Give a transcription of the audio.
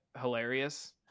hilarious